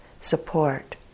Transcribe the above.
support